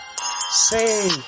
Say